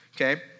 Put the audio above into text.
okay